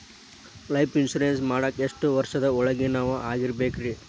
Life insurance ಮಾಡಾಕ ಎಷ್ಟು ವರ್ಷದ ಒಳಗಿನವರಾಗಿರಬೇಕ್ರಿ?